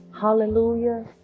Hallelujah